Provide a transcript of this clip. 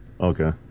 Okay